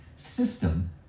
system